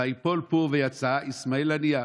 וייפול פור ויצא איסמעיל הנייה.